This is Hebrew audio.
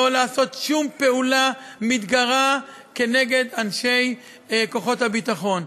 לא לעשות שום פעולה מתגרה כנגד אנשי כוחות הביטחון.